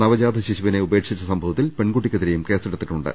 നവജാത ശിശുവിനെ ഉപേക്ഷിച്ച സംഭവത്തിൽ പെൺകുട്ടിക്കെതിരേയും കേസെടുത്തിട്ടുണ്ട്